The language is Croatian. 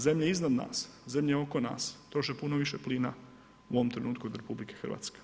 Zemlje iznad nas, zemlje oko nas troše puno više plina u ovom trenutku od RH.